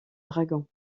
dragon